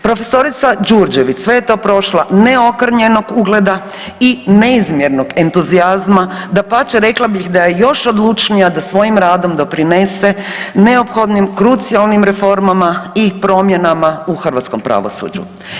Profesorica Đurđević sve je to prošla neokrnjenog ugleda i neizmjernog entuzijazma, dapače, rekla bih da je još odlučnija da svojim radom doprinese neophodnim krucijalnim reformama i promjenama u hrvatskom pravosuđu.